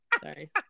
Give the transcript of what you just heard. sorry